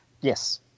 yes